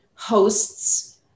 hosts